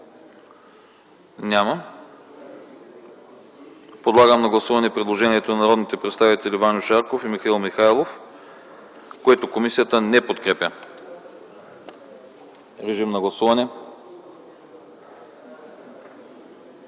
Подлагам на гласуване предложението на народните представители Ваньо Шарков и Михаил Михайлов, което комисията не подкрепя. Моля, гласувайте.